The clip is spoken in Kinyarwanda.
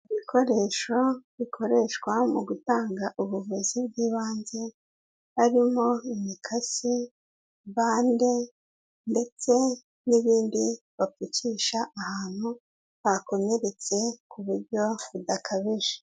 Ibikoresho bikoreshwa mu gutanga ubuvuzi bw'ibanze, harimo imikasi, bande ndetse n'ibindi bapfukisha ahantu hakomeretse ku buryo budakabije.